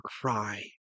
cry